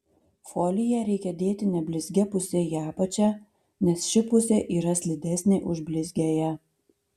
foliją reikia dėti neblizgia puse į apačią nes ši pusė yra slidesnė už blizgiąją